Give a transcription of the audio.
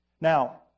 Now